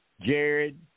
Jared